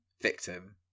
victim